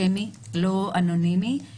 אין עוד עמלות על כל פעולה.